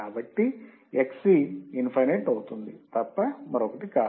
కాబట్టి Xc అనంతం అవుతుంది తప్ప మరొకటి కాదు